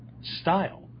style